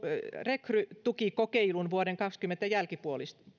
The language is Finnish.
rekrytukikokeilun vuoden kaksikymmentä jälkipuoliskolla